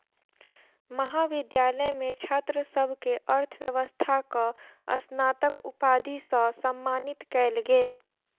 महाविद्यालय मे छात्र सभ के अर्थव्यवस्थाक स्नातक उपाधि सॅ सम्मानित कयल गेल